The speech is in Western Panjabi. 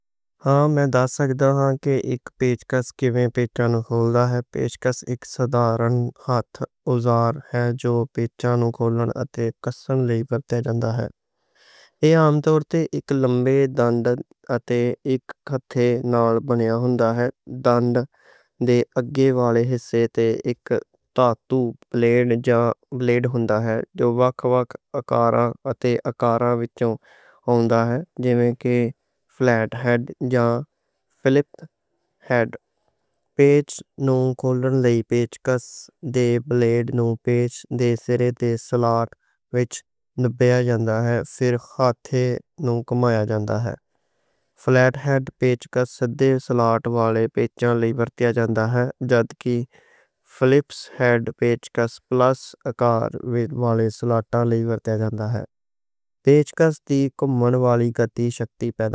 عام طور تے اک پیچ کس پیچاں کھولن لئی ورتیا جاندا ہے۔ پیچ کس اک سادہ ہاتھ والا اوزار ہے جو پیچاں کھولن اتے کسّن لئی ورتیا جاندا ہے۔ ایہ عام طور تے اک لمے ڈنڈ اتے اک ہتھے نال بنیا ہوندا ہے۔ ڈنڈ دے اگے والے حصے تے اک بلیڈ ہوندا ہے جو وکھ وکھ اکاراں وچ ہوندا ہے، جیسے کہ فلیٹ ہیڈ یا فلپ ہیڈ۔ پیچ نوں کھولن لئی پیچ کس دے بلیڈ نوں پیچ دے سرے دے سلاٹ وچ نپایا جاندا ہے، پھر ہتھے نوں گھمیا جاندا ہے۔ فلیٹ ہیڈ پیچ کس سلاٹ والے پیچاں لئی ورتیا جاندا ہے، تے فلپ ہیڈ پیچ کس دے بلیڈ نوں سلاٹ وچ نپا کے گھمیا جاندا ہے۔